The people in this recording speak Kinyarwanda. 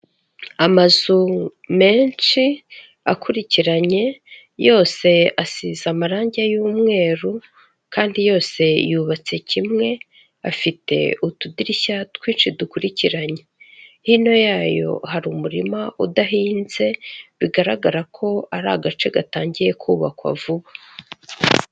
Amazu menshi akurikiranye, yose asize amarangi y'umweru kandi yose yubatse kimwe afite utudirishya twinshi dukurikiranye, hino yayo hari umurima udahinze bigaragara ko ari agace gatangiye kubakwa vuba.